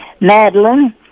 Madeline